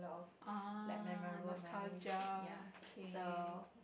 ah nostalgia okay